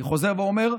אני חוזר ואומר,